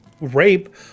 rape